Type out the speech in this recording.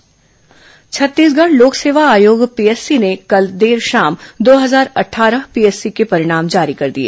PSC परिणाम छत्तीसगढ़ लोक सेवा आयोग पीएससी ने कल देर शाम दो हजार अट्ठारह पीएससी के परिणाम जारी कर दिए